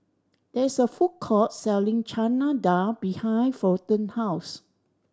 there is a food court selling Chana Dal behind Fulton house